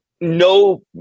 no